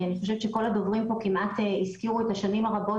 אני חושבת שכל הדוברים פה כמעט הזכירו את השנים הרבות